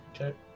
Okay